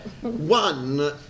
one